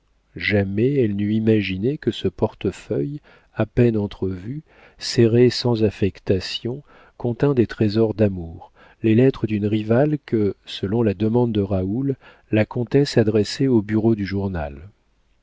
jamais elle n'eût imaginé que ce portefeuille à peine entrevu serré sans affectation contînt des trésors d'amour les lettres d'une rivale que selon la demande de raoul la comtesse adressait au bureau du journal